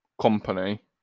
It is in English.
company